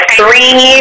three